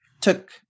took